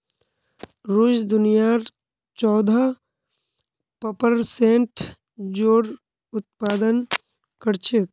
रूस दुनियार चौदह प्परसेंट जौर उत्पादन कर छेक